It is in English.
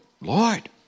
Lord